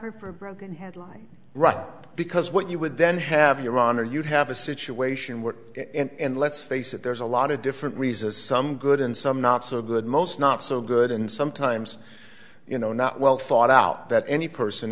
me from broken headlight run because what you would then have your honor you'd have a situation where and let's face it there's a lot of different reasons some good and some not so good most not so good and sometimes you know not well thought out that any person